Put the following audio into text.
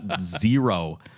zero